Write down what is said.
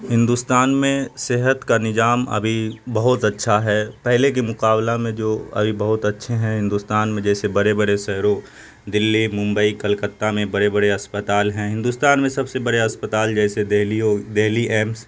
ہندوستان میں صحت کا نظام ابھی بہت اچھا ہے پہلے کے مقابلہ میں جو ابھی بہت اچھے ہیں ہندوستان میں جیسے بڑے بڑے شہروں دلّی ممبئی کلکتہ میں بڑے بڑے اسپتال ہیں ہندوستان میں سب سے بڑے اسپتال جیسے دلی ہو دلی ایمس